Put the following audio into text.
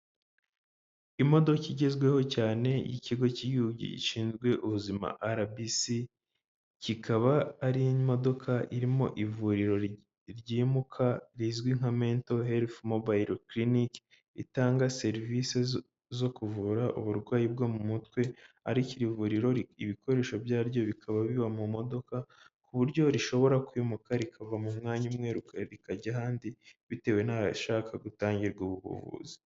Imodoka igezweho cyane y'ikigo cy'igihugu gishinzwe ubuzima rbc, ikaba ari imodokadoka irimo ivuriro ryimuka rizwi nka "mental health mobile clinic". Itanga serivisi zo kuvura uburwayi bwo mu mutwe arikovuriro ibikoresho byaryo bikaba biba mu modoka ku buryo rishobora kwimuka rikava mu mwanya umwe rikajya ahandi bitewe n'aho bashaka gutangira ubuvuzi.